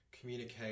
communicate